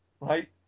right